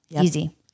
Easy